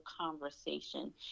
conversation